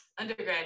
undergrad